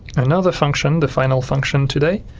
another function, the final function today